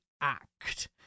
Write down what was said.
act